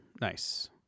Nice